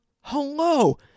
hello